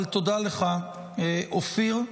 אבל תודה לך, אופיר.